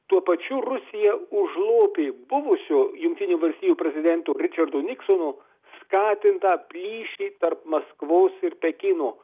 tuo pačiu rusija užlopė buvusio jungtinių valstijų prezidento ričardo niksono skatintą plyšį tarp maskvos ir pekino